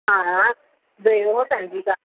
हा बेरो सन्ति का